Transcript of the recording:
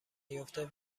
نیافته